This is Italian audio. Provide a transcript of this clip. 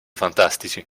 fantastici